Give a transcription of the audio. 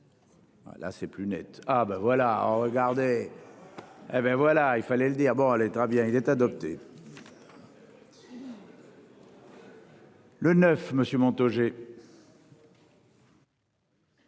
Là c'est plus net. Ah ben voilà. Regardez. Et ben voilà il fallait le dire bon elle est très bien il est adopté. Le neuf. Monsieur